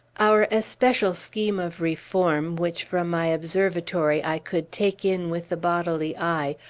our especial scheme of reform, which, from my observatory, i could take in with the bodily eye,